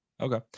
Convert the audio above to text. Okay